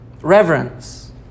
reverence